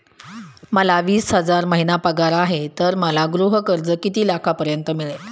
मला वीस हजार महिना पगार आहे तर मला गृह कर्ज किती लाखांपर्यंत मिळेल?